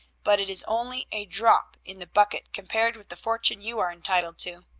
but it is only a drop in the bucket compared with the fortune you are entitled to.